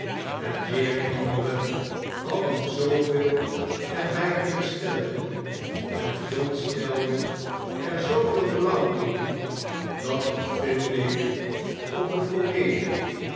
en weer ander hadden zooveel er bij te bestelisn en john stelde er zooveel belang in dat het veel leek op een comedie